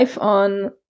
on